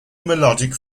melodic